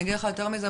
אני אגיד לך יותר מזה,